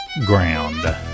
Ground